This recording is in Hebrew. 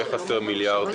איך חסר מיליארדים.